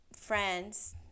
friends